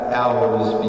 hours